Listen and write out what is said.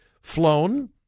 flown